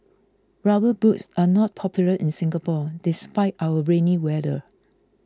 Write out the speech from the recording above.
rubber boots are not popular in Singapore despite our rainy weather